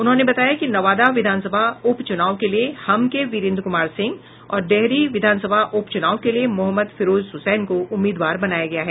उन्होंने बताया कि नवादा विधानसभा उपचुनाव के लिए हम के वीरेन्द्र कुमार सिंह और डेहरी विधानसा उपचुनाव के लिए मोहम्मद फिरोज हुसैन को उम्मीदवार बनाया गया है